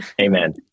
Amen